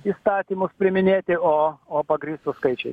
įstatymų priiminėti o pagrįstų skaičiai